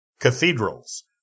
cathedrals